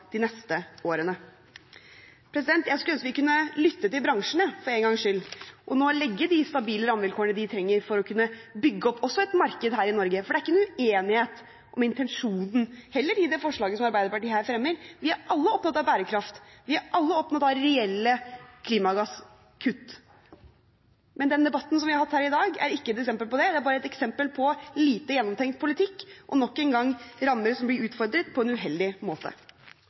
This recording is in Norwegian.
de neste årene.» Jeg skulle ønske vi kunne lytte til bransjen, for én gangs skyld, og nå legge de stabile rammevilkårene de trenger for å kunne bygge opp et marked her i Norge. Det er heller ikke noen uenighet om intensjonen i det forslaget som bl.a. Arbeiderpartiet her fremmer: Vi er alle opptatt av bærekraft, vi er alle opptatt av reelle klimagasskutt. Men den debatten som vi har hatt her i dag, er ikke et eksempel på det. Den er bare et eksempel på lite gjennomtenkt politikk, og – nok en gang – på rammer som blir utformet på en uheldig måte.